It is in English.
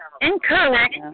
Incorrect